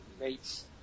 rates